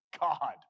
God